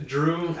Drew